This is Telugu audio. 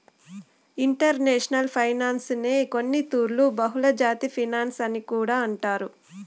ఇంటర్నేషనల్ ఫైనాన్సునే కొన్నితూర్లు బహుళజాతి ఫినన్సు అని కూడా అంటారు